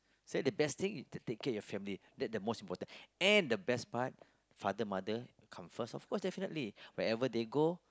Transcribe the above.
say the best thing is to take care of your family that's the most important and the best part father mother come first of course definitely wherever they go